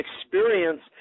experience